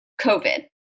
COVID